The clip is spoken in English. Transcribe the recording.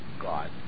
God